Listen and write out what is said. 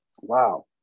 wow